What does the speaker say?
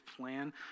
plan